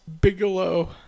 Bigelow